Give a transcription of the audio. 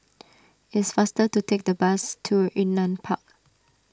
is faster to take the bus to Yunnan Park